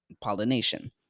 Pollination